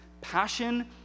passion